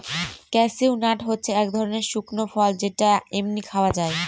cashew nut হচ্ছে এক ধরনের শুকনো ফল যেটা এমনি খাওয়া যায়